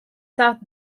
south